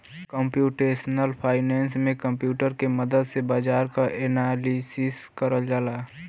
computational finance में computer के मदद से बाजार क एनालिसिस करल जाला